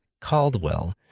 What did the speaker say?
Caldwell